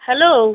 hello